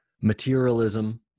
materialism